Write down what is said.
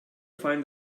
find